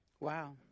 Wow